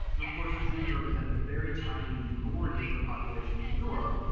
and of course, jews represent a very tiny minority of the population in europe,